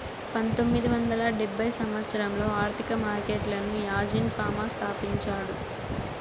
పంతొమ్మిది వందల డెబ్భై సంవచ్చరంలో ఆర్థిక మార్కెట్లను యాజీన్ ఫామా స్థాపించాడు